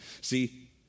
See